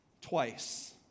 twice